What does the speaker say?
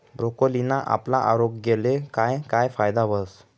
ब्रोकोलीना आपला आरोग्यले काय काय फायदा व्हस